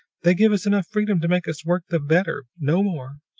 they give us enough freedom to make us work the better no more!